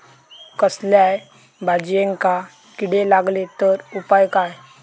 कसल्याय भाजायेंका किडे लागले तर उपाय काय?